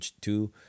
two